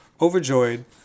Overjoyed